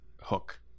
hook